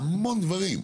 בהמון דברים,